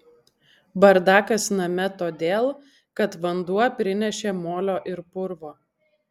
bardakas name todėl kad vanduo prinešė molio ir purvo